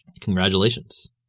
Congratulations